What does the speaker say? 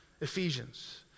Ephesians